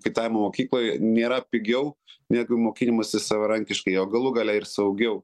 kaitavimo mokykloj nėra pigiau negu mokinimasis savarankiškai o galų gale ir saugiau